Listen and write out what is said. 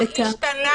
מה השתנה מילוי?